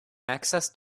access